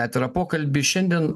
atvirą pokalbį šiandien